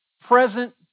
present